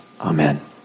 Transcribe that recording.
Amen